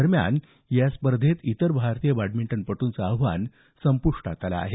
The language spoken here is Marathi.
दरम्यान या स्पर्धेत इतर भारतीय बॅटमिंटनपटूंचं आव्हान संपुष्टात आलं आहे